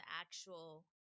actual